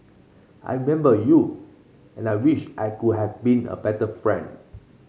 I remember you and I wish I could have been a better friend